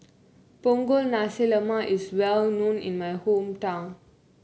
Punggol Nasi Lemak is well known in my hometown